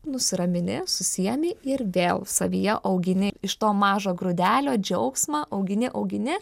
nusiramini susiemi ir vėl savyje augini iš to mažo grūdelio džiaugsmą augini augini